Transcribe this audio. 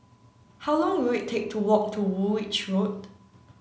how long will it take to walk to Woolwich Road